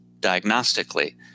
diagnostically